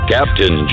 Captain